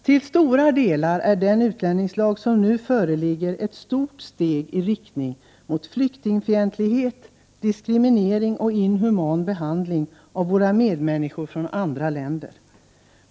Till stora delar är den utlänningslag som nu föreligger ett stort steg i riktning mot flyktingfientlighet, diskriminering och inhuman behandling av våra medmänniskor från andra länder.